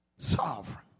Sovereign